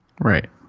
Right